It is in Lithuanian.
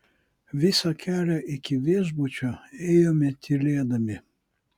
visą kelią iki viešbučio ėjome tylėdami